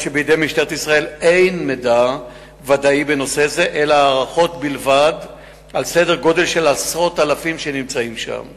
3. כמה מהגרים ביצעו